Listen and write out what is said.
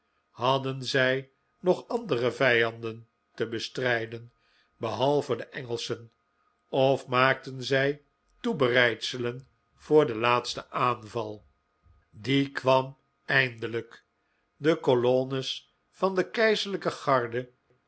hadden zij nog andere vijanden te bestrijden behalve de engelschen of maakten zij toebereidselen voor den laatsten aanval die kwam eindelijk de colonnes van de keizerlijke garde